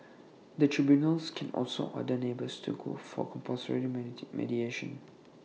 the tribunals can also order neighbours to go for compulsory tee mediation